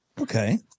Okay